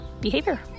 behavior